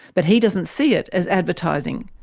but he doesn't see it as advertising,